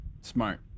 Smart